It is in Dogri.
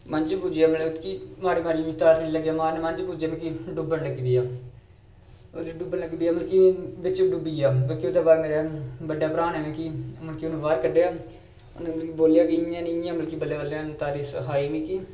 मंझ पुज्जेआ मतलब प्ही माड़ी माड़ी में तारी लग्गेआ मारन मंझ पुज्जेआ प्ही डुब्बन लगी पेआ अदे डुब्बन लगी पेआ मतलब कि बिच डुब्बी आ ओह्दे बाद बड्डे भ्राऽ नै मिगी मतलब की उ'नै बाह्र कड्ढेआ उ'नें मिं बोल्लेआ इ'यां निं इ'यां मतलब की बल्लें बल्लें उ'नै तारी सखाई मिकी